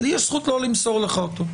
לי יש זכות לא למסור לך אותו.